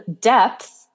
depth